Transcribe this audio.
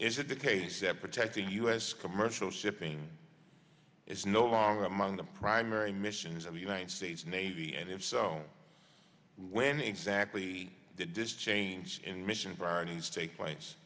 is it the case that protecting u s commercial shipping is no longer among the primary missions of the united states navy and if so when exactly did this change in mission for our needs take place